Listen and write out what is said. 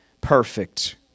perfect